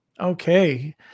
okay